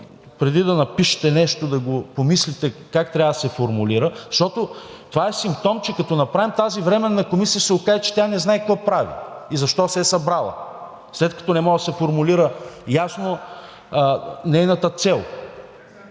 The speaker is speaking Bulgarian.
преди да напишете нещо, да го помислите как трябва да се формулира. Защото това е симптом, че като направим тази временна комисия, ще се окаже, че тя не знае какво прави и защо се е събрала, след като не може да се формулира ясно нейната цел.